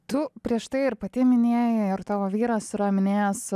tu prieš tai ir pati minėjai ar tavo vyras yra minėjęs